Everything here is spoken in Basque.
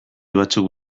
batzuk